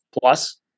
plus